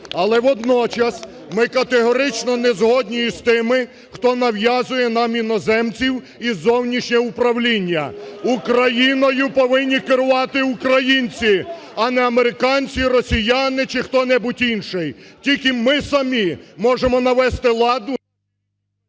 Але водночас ми категорично не згодні із тими, хто нав'язує нам іноземців і зовнішнє управління. Україною повинні керувати українці, а не американці, росіяни чи хто-небудь інший. Тільки ми самі можемо навести лад